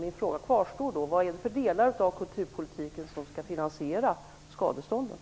Min fråga kvarstår: Vad är det för delar av kulturpolitiken som skall finansiera skadestånden?